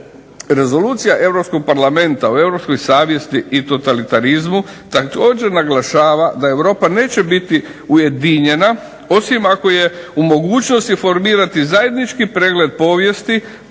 Rezolucija Europskog parlamenta o europskoj savjesti i totalitarizmu također naglašava da Europa neće biti ujedinjena osim ako je u mogućnosti formirati zajednički pregled povijesti